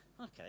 Okay